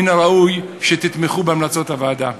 מן הראוי שתתמכו בהמלצות הוועדה.